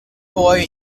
boy